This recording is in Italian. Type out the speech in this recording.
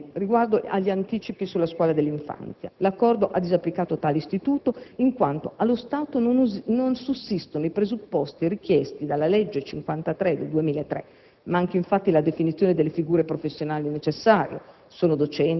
Infine, riguardo agli anticipi nella scuola dell'infanzia, l'accordo ha disapplicato tale istituto, in quanto allo stato non sussistono i presupposti richiesti dalla legge n. 53 del 2003. Manca, infatti, la definizione delle figure professionali necessarie